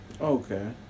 Okay